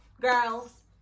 girls